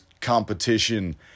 competition